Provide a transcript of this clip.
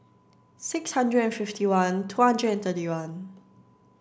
six hundred and fifty one two hundred thirty one